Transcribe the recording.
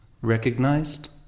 recognized